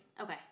Okay